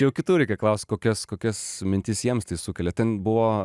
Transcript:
jau kitų reikia klaust kokias kokias mintis jiems tai sukelia ten buvo